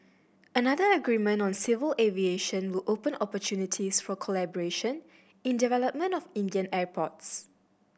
another agreement on civil aviation will open opportunities for collaboration in development of Indian airports